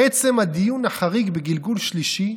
עצם הדיון החריג בגלגול שלישי,